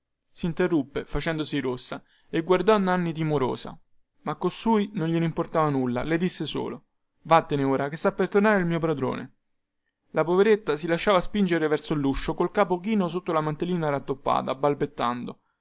soprastante sinterruppe facendosi rossa e guardò nanni timorosa ma a costui non gliene importava nulla le disse solo vattene ora chè sta per tornare il mio padrone la poveretta si lasciava spingere verso luscio col capo chino sotto la mantellina rattoppata balbettando